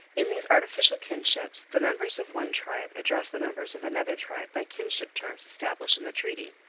in these artificial kinships the members of one tribe address the members of another tribe by kinship terms established in the treaty.